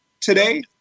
today